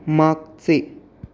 मागचे